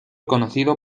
conocido